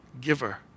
giver